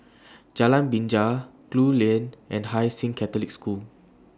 Jalan Binja Gul Lane and Hai Sing Catholic School